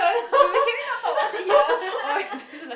wait wait can we not talk about it here